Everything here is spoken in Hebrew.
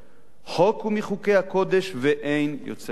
חוק הוא מחוקי הקודש, ואין יוצא מן הכלל".